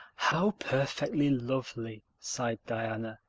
how perfectly lovely! sighed diana,